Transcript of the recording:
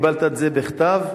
קיבלת בכתב.